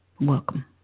Welcome